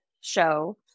show